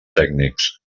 tècnics